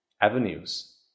avenues